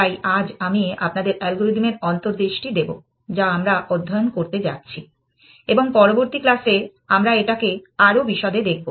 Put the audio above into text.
তাই আজ আমি আপনাদের অ্যালগরিদমের অন্তর্দৃষ্টি দেব যা আমরা অধ্যয়ন করতে যাচ্ছি এবং পরবর্তী ক্লাসে আমরা এটাকে আরও বিশদে দেখব